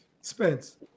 Spence